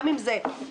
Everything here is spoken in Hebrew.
גם אם זה כריך,